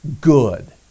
good